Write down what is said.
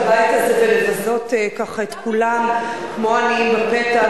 לבית הזה ולבזות ככה את כולם, כמו עניים בפתח.